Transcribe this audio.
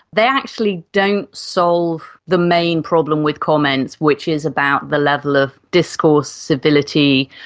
they actually don't solve the main problem with comments which is about the level of discourse civility,